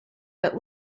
that